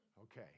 Okay